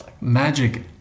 magic